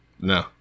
No